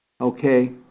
Okay